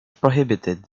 prohibited